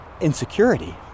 insecurity